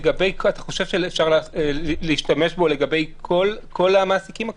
אתה חושב שאפשר להשתמש בו לגבי כל המעסיקים הקטנים?